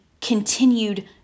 continued